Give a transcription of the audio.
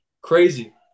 Crazy